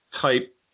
type